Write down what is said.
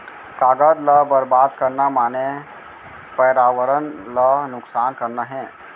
कागद ल बरबाद करना माने परयावरन ल नुकसान करना हे